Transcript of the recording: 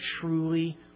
truly